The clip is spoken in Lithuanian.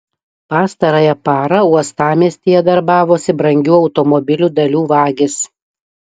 pastarąją parą uostamiestyje darbavosi brangių automobilių dalių vagys